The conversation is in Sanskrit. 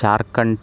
झार्खण्ट्